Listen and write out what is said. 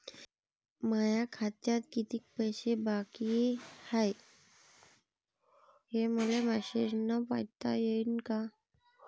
माया खात्यात कितीक पैसे बाकी हाय, हे मले मॅसेजन पायता येईन का?